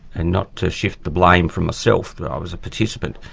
and not to shift the blame from myself, i was a participant,